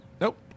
Nope